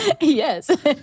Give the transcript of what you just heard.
Yes